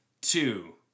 two